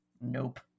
Nope